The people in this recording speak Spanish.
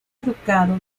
educado